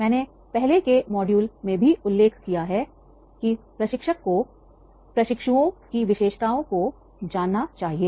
मैंने पहले के मॉड्यूल में भी उल्लेख किया है कि प्रशिक्षक को प्रशिक्षुओं की विशेषताओं को जानना चाहिए